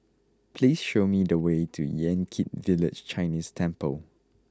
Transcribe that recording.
please show me the way to Yan Kit Village Chinese Temple